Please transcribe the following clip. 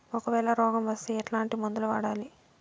ఒకవేల రోగం వస్తే ఎట్లాంటి మందులు వాడాలి?